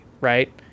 Right